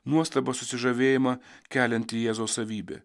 nuostabą susižavėjimą kelianti jėzaus savybė